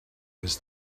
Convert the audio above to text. was